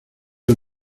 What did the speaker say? del